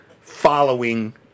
following